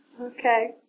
Okay